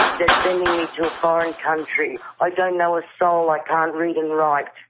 they're sending me to a foreign country, i don't know a soul, i can't read and write.